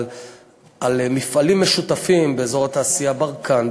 על אזורים משותפים באזור התעשייה ברקן,